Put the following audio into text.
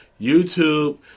YouTube